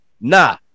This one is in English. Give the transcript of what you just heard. Nah